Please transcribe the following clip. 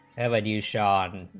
avenues sean, and